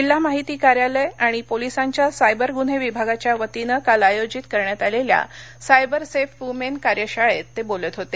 जिल्हा माहिती कार्यालय आणि पोलिसांच्या सायबर गुन्हे विभागाच्या वतीनं काल आयोजित करण्यात आलेल्या सायबर सेफ वुमेन कार्यशाळेत ते बोलत होते